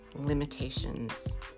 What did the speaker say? limitations